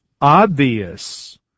obvious